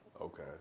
Okay